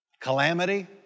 Calamity